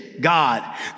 God